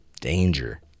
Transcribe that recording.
Danger